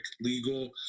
legal